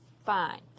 Fine